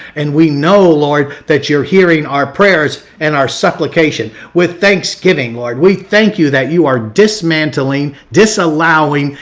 and we know lord that you're hearing our prayers and our supplication. with thanksgiving lord, we thank you that you are dismantling, disallowing,